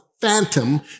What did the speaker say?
phantom